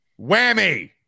Whammy